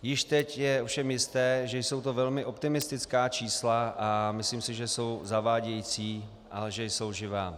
Již teď je ovšem jisté, že jsou to velmi optimistická čísla, a myslím si, že jsou zavádějící a že jsou lživá.